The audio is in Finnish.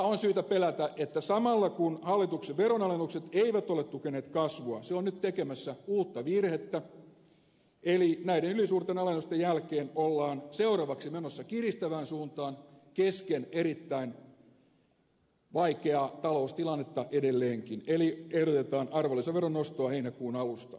on syytä pelätä että samalla kun hallituksen veronalennukset eivät ole tukeneet kasvua se on nyt tekemässä uutta virhettä eli näiden ylisuurten alennusten jälkeen ollaan seuraavaksi menossa kiristävään suuntaan kesken erittäin vaikeaa taloustilannetta edelleenkin eli ehdotetaan arvonlisäveron nostoa heinäkuun alusta